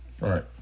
Right